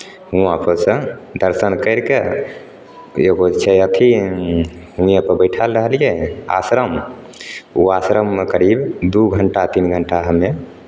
हुआँपर सँ दर्शन करि कऽ एगो छै अथी हुएँपर बैठल रहलियै आश्रम ओ आश्रम करीब दू घंटा तीन घंटा हम्मे